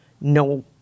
no